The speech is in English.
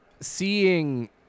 seeing